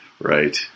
Right